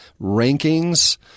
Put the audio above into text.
rankings